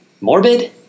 Morbid